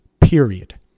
Period